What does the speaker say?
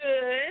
Good